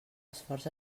esforç